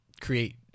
create